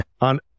On